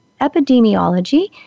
Epidemiology